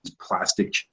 plastic